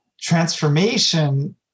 Transformation